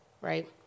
right